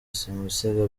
simusiga